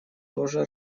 тоже